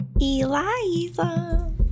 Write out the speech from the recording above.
Eliza